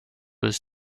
his